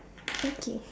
okay